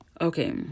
Okay